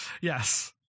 yes